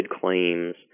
claims